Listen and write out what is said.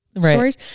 stories